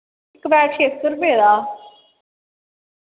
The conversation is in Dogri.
इक बैट छे सौ रपे दा